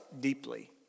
deeply